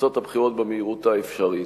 תוצאות הבחירות במהירות האפשרית.